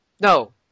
No